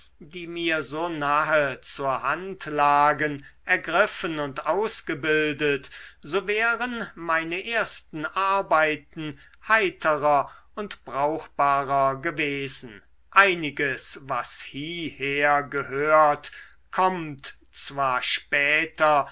die mir so nahe zur hand lagen ergriffen und ausgebildet so wären meine ersten arbeiten heiterer und brauchbarer gewesen einiges was hierher gehört kommt zwar später